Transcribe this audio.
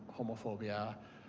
homophobia,